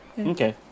Okay